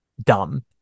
dumb